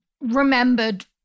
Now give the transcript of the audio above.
remembered